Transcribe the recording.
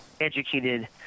educated